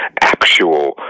actual